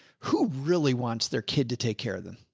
who really wants their kid to take care of them.